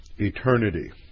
eternity